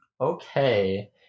Okay